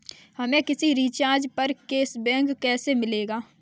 हमें किसी रिचार्ज पर कैशबैक कैसे मिलेगा?